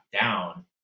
down